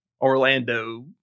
Orlando